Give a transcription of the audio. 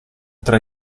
tra